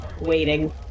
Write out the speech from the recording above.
waiting